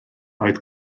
oedd